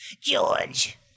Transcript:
George